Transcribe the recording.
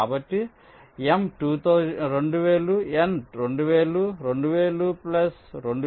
కాబట్టి M 2000 N 2000 2000 2000 1 4001